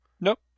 Nope